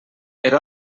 era